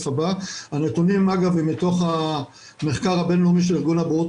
הנתונים הם מתוך המחקר הבינלאומי של ארגון הבריאות